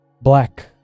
black